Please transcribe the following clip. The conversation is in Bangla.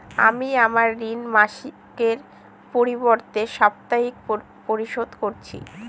আমি আমার ঋণ মাসিকের পরিবর্তে সাপ্তাহিক পরিশোধ করছি